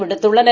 விடுத்துள்ளன்